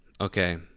okay